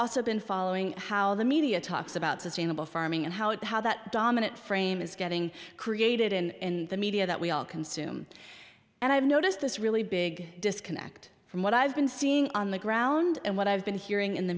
also been following how the media talks about sustainable farming and how it how that dominant frame is getting created in the media that we all consume and i've noticed this really big disconnect from what i've been seeing on the ground and what i've been hearing in the